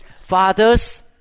Fathers